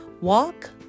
walk